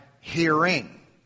hearing